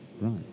Right